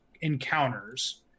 encounters